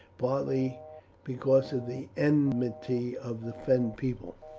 partly because of the enmity of the fen people.